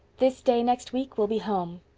this day next week we'll be home.